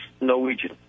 Norwegian